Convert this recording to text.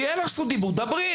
תהיה לך זכות דיבור, תדברי.